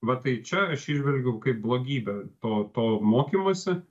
va tai čia aš įžvelgiu kaip blogybę to to mokymosi